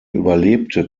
überlebte